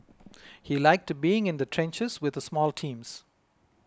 he liked being in the trenches with small teams